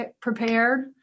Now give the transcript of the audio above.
prepared